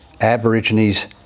Aborigines